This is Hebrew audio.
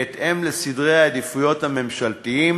בהתאם לסדרי העדיפויות הממשלתיים